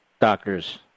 doctors